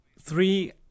three